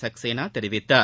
சக்சேனா தெரிவித்தார்